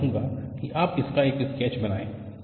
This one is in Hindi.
मैं चाहता हूं कि आप इसका एक स्केच बनाएं